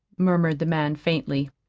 murmured the man faintly.